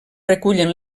recullen